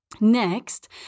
Next